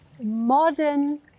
modern